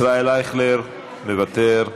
ישראל אייכלר, מוותר,